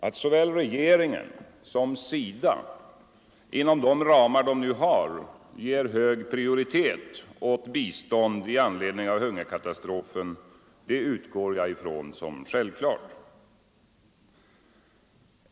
Att såväl regeringen som SIDA inom de ramar de nu har ger hög prioritet åt bistånd i anledning av hungerkatastrofen, utgår jag från som något självklart.